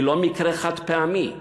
היא לא מקרה חד-פעמי,